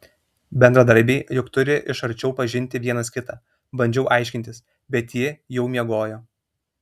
bendradarbiai juk turi iš arčiau pažinti vienas kitą bandžiau aiškintis bet ji jau miegojo